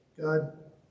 God